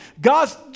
God's